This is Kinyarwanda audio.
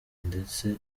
ndetse